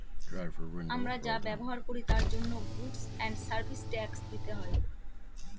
আমরা যা ব্যবহার করি তার জন্য গুডস এন্ড সার্ভিস ট্যাক্স দিতে হয়